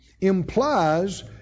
implies